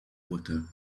water